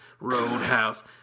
roadhouse